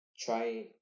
try